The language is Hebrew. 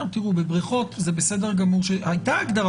תראו בבריכות זה בסדר גמור הייתה הגדרה